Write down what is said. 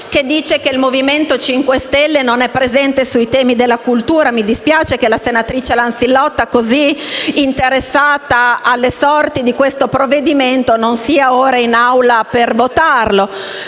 che dice che il Movimento 5 Stelle non è presente sui temi della cultura. Mi spiace che la senatrice Lanzillotta, così interessata alle sorti di questo provvedimento, non sia ora presente in Aula per votarlo.